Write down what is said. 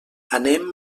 anem